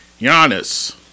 Giannis